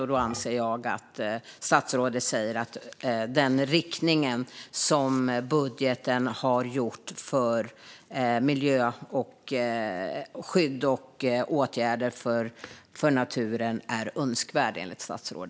Jag anser att statsrådet därmed säger att den riktning som budgeten innebär för miljöskydd och åtgärder för naturen är önskvärd.